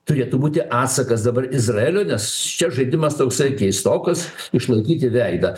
turėtų būti atsakas dabar izraeliui nes čia žaidimas toksai keistokas išlaikyti veidą